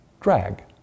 drag